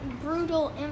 brutal